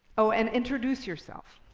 oh, and introduce yourself.